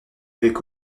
avaient